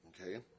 Okay